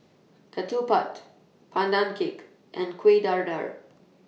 Ketupat Pandan Cake and Kueh Dadar